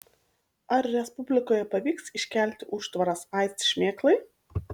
ar respublikoje pavyks iškelti užtvaras aids šmėklai